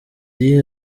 iyihe